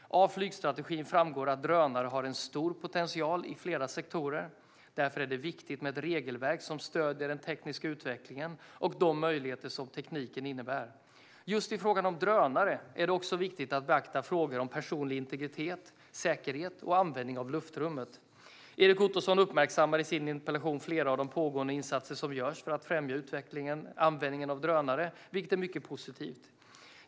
Av flygstrategin framgår att drönare har stor potential i flera sektorer. Därför är det viktigt med ett regelverk som stöder den tekniska utvecklingen och de möjligheter som tekniken innebär. Just i fråga om drönare är det också viktigt att beakta frågor om personlig integritet, säkerhet och användning av luftrummet. Erik Ottoson uppmärksammar i sin interpellation flera av de pågående insatser som görs för att främja användningen av drönare, vilket är mycket positivt.